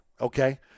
okay